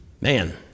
Man